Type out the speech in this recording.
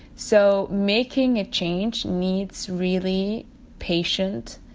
so, making a change needs really patient,